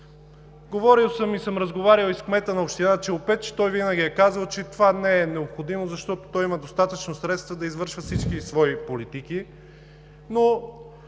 Говорил съм и с кмета на община Челопеч. Той винаги е казвал, че това не е необходимо, защото той има достатъчно средства да извършва всички свои политики,